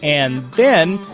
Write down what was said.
and then!